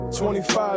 25